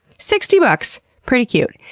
sixty bucks. pretty cute.